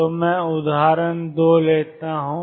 तो मैं उदाहरण 2 लेता हूं